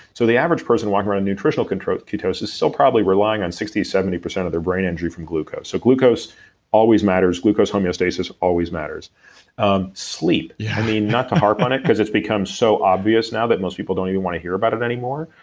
so the average person walking around in nutritional ketosis, still probably relying on sixty to seventy percent of their brain energy from glucose. so glucose always matters. glucose homeostasis always matters um sleep yeah i mean not to harp on it, because it's become so obvious now that most people don't even wanna hear about it anymore.